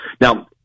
Now